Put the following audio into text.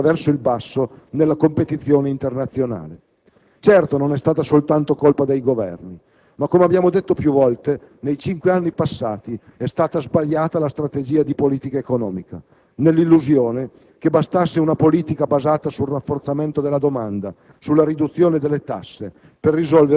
Di fronte a questa grande sfida, negli ultimi cinque anni il centro-destra ha registrato la sua sconfitta più dura. La crescita zero, che ha caratterizzato tutti i primi anni 2000, è stata lo specchio di un'economia che non riesce a risolvere i suoi problemi strutturali e scivola verso il basso nella competizione internazionale.